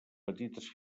petites